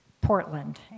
Portland